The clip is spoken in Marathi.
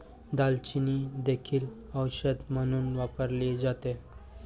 दालचिनी देखील औषध म्हणून वापरली जाते